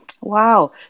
Wow